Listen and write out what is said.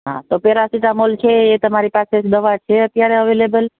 હાં તો પેરસીટામોલ છે એ તમારી પાસે દવા છે અત્યારે અવેલેબલ